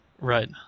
Right